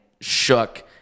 shook